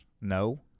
No